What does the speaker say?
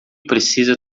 precisa